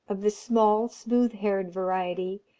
of the small, smooth-haired variety,